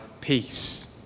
peace